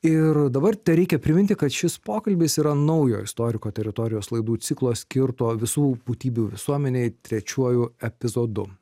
ir dabar tereikia priminti kad šis pokalbis yra naujo istoriko teritorijos laidų ciklo skirto visų būtybių visuomenei trečiuoju epizodu